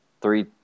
three